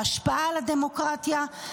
בהשפעה על הדמוקרטיה,